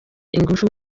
ingufu